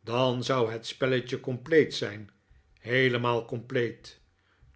dan zou het spelletje compleet zijn heelemaal compleet